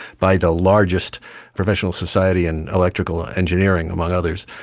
by the largest professional society in political engineering, among others,